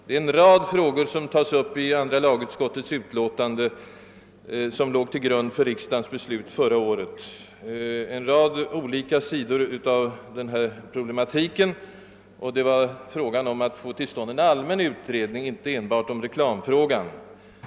En rad olika sidor av denna problematik togs upp i andra lagutskottets utlåtande, som låg till grund för riksdagens beslut förra året, i första hand frågan om att få till stånd en allmän utredning och sålunda inte en utredning enbart om reklamfrågan.